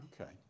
Okay